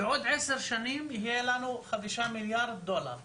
בעוד 10 שנים יהיו לנו 5 מיליארד דולר.